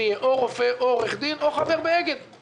לא עוזר לי שנתתי נתיב